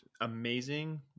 amazing